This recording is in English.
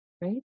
right